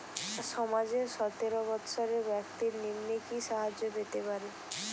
সমাজের সতেরো বৎসরের ব্যাক্তির নিম্নে কি সাহায্য পেতে পারে?